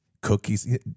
cookies